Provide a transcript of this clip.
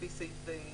לפי סעיף 4(ב).